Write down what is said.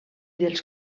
dels